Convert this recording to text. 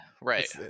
Right